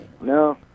No